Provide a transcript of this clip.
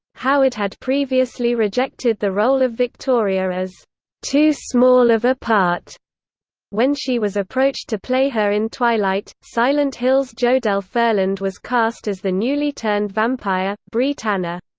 howard had previously rejected the role of victoria as too small of a part when she was approached to play her in twilight silent hill's jodelle ferland was cast as the newly turned vampire, bree tanner.